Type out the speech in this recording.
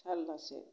जाल्लासो